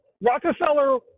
Rockefeller